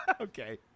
Okay